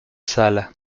sala